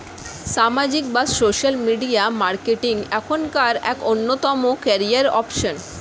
সামাজিক বা social media marketing এখনকার এক অন্যতম ক্যারিয়ার অপশন